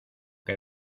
que